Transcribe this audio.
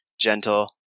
gentle